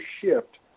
shift